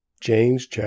James